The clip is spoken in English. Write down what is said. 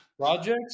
projects